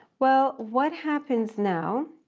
well, what happens now